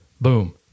Boom